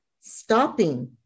stopping